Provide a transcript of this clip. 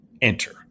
enter